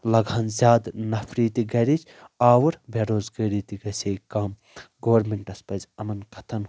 لگہن زیادٕ نفری تہِ گرِچ آوُر بے روزگٲری تہِ گژھِ ہے کم گورمنٹس پزِ یِمَن کَتھن